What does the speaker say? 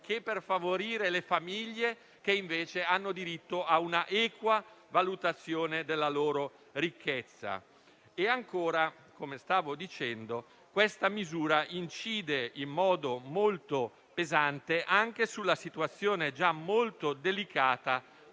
che per favorire le famiglie, che invece hanno diritto a una equa valutazione della loro ricchezza. Inoltre, come stavo dicendo, questa misura incide in modo molto pesante anche sulla situazione già molto delicata